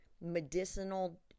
medicinal